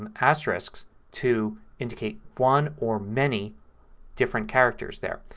um asterisks to indicate one or many different characters there.